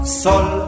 sol